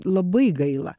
labai gaila